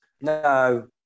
No